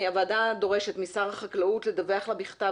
הוועדה דורשת משר החקלאות לדווח לה בכתב